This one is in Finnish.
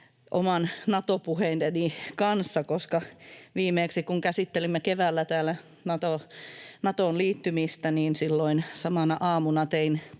omien Nato-puheideni kanssa, koska viimeksi kun käsittelimme keväällä täällä Natoon liittymistä, silloin samana aamuna tein